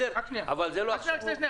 אבל זה לא עכשיו.